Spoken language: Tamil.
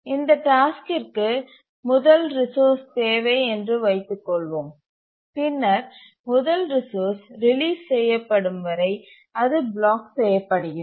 இந்த டாஸ்க்கிற்கு முதல் ரிசோர்ஸ் தேவை என்று வைத்துக் கொள்வோம் பின்னர் முதல் ரிசோர்ஸ் ரிலீஸ் செய்யப்படும் வரை அது பிளாக் செய்யப்படுறது